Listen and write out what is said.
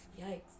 Yikes